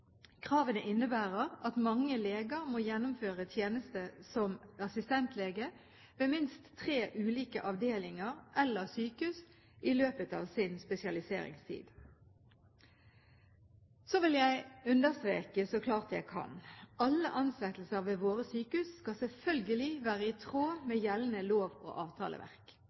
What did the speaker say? Kravene innebærer at mange leger må gjennomføre tjeneste som assistentlege ved minst tre ulike avdelinger eller sykehus i løpet av sin spesialiseringstid. Så vil jeg understreke så klart jeg kan: Alle ansettelser ved våre sykehus skal selvfølgelig være i tråd med gjeldende lov og avtaleverk.